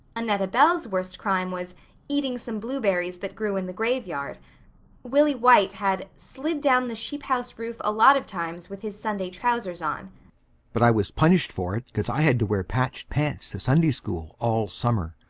annetta bell's worst crime was eating some blueberries that grew in the graveyard willie white had slid down the sheephouse roof a lot of times with his sunday trousers on but i was punished for it cause i had to wear patched pants to sunday school all summer,